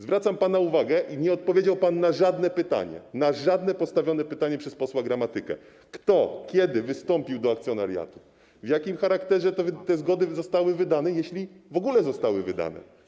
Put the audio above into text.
Zwracam pana uwagę, że nie odpowiedział pan na żadne pytanie postawione przez posła Gramatykę o to, kto i kiedy wystąpił do akcjonariatu, w jakim charakterze te zgody zostały wydane, jeśli w ogóle zostały wydane.